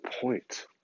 point